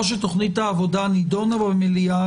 או תוכנית העבודה נידונה במליאה,